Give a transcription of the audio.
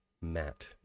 Matt